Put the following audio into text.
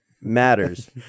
matters